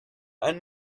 ein